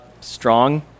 strong